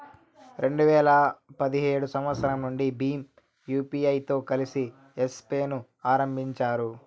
రెండు వేల పదిహేడు సంవచ్చరం నుండి భీమ్ యూపీఐతో కలిసి యెస్ పే ను ఆరంభించారు